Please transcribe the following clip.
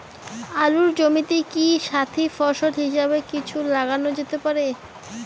আলুর জমিতে কি সাথি ফসল হিসাবে কিছু লাগানো যেতে পারে?